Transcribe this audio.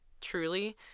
truly